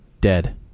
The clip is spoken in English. dead